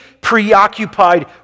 preoccupied